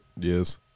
Yes